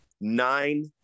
nine